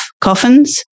coffins